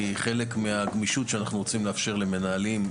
כי היא חלק מהגמישות שאנחנו רוצים לאפשר למנהלים,